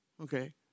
Okay